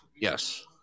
Yes